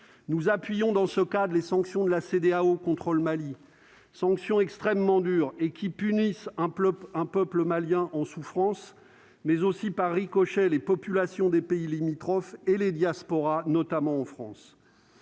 nous appuyons dans ce cas d'les sanctions de la CEDEAO contrôle Mali sanction extrêmement dur et qui punissent plop un peuple malien en souffrance, mais aussi par ricochet les populations des pays limitrophes et les diasporas, notamment en France,